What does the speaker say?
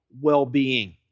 well-being